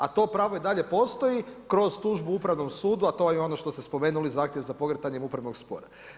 A to pravo i dalje postoji kroz tužbu Upravnom sudu, a to je ono što ste spomenuli zahtjev za pokretanjem upravnog spora.